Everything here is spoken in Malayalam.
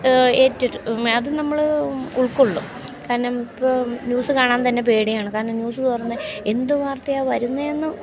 അത് നമ്മൾ ഉൾക്കൊള്ളും കാരണം ഇപ്പോൾ ന്യൂസ് കാണാൻ തന്നെ പേടിയാണ് കാരണം ന്യൂസ് തുറന്നാൽ എന്ത് വാർത്തയാണ് വരുന്നതെന്ന്